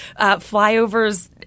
flyovers